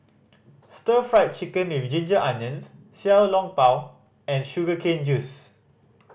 Stir Fried Chicken With Ginger Onions Xiao Long Bao and sugar cane juice